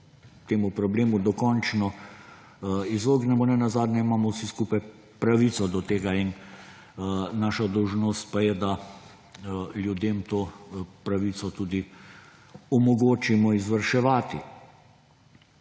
temu problemu dokončno izognemo. Nenazadnje imamo vsi skupaj pravico do tega in naša dolžnost pa je, da ljudem to pravico tudi omogočimo izvrševati.